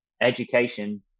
education